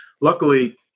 luckily